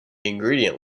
ingredient